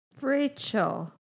Rachel